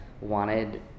wanted